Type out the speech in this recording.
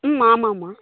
ம் ஆமாம்மா